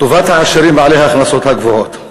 טובת העשירים בעלי ההכנסות הגבוהות.